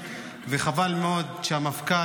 וחבל מאוד שהמפכ"ל,